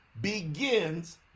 begins